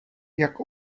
jak